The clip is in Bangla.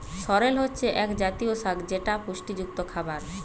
সরেল হচ্ছে এক জাতীয় শাক যেটা পুষ্টিযুক্ত খাবার